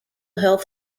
health